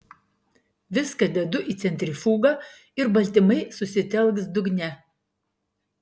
viską dedu į centrifugą ir baltymai susitelks dugne